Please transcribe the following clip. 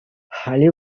халӗ